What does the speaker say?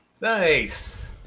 Nice